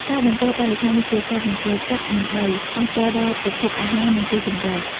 ការបំពុលបរិស្ថានដូចជា ការបំពុលទឹក និងដីប៉ះពាល់ដល់ប្រភពអាហារ និងទីជម្រក។